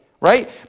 Right